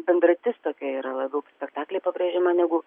bendratis tokia yra labiau spektaklyje pabrėžiama negu